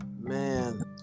Man